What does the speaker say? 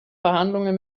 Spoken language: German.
verhandlungen